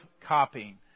copying